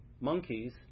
monkeys